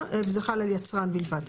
וזה חל על יצרן בלבד.